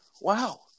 Wow